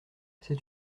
c’est